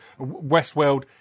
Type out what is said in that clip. Westworld